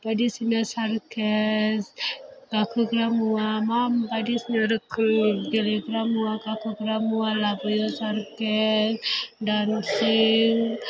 बायदिसिना सारकास गाखोग्रा मुवा मा बायदिसिना रोखोमनि गेलेग्रा मुवा गाखोग्रा मुवा लाबोयो सारकास डानसिं